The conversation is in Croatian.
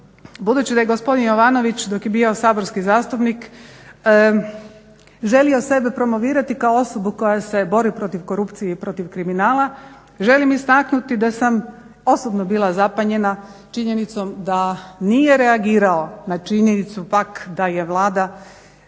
budući da je gospodin Jovanović dok je bio saborski zastupnik želio sebe promovirati kao osobu koja se bori protiv korupcije i protiv kriminala, želim istaknuti da sam osobno bila zapanjena činjenicom da nije reagirao na činjenicu da je Vlada htjela